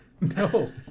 No